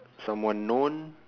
someone known